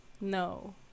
No